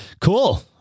cool